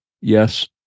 yes